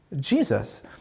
Jesus